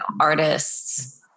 artists